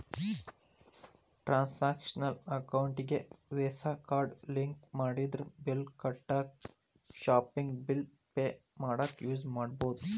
transactional ಅಕೌಂಟಿಗಿ Visa card link ಮಾಡಿದ್ರ bill ಕಟ್ಟಾಕ ಶಾಪಿಂಗ್ ಬಿಲ್ ಪೆ ಮಾಡಾಕ ಯೂಸ್ ಮಾಡಬೋದು